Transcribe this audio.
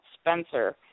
Spencer